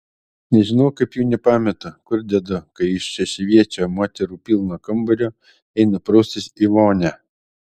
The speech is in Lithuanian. nežinau kaip jų nepametu kur dedu kai iš šešiaviečio moterų pilno kambario einu praustis į vonią